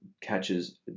catches